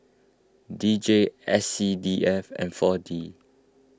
D J S C D F and four D